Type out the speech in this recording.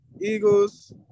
Eagles